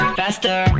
faster